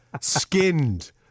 skinned